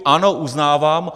Ano, uznávám.